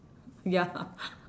ya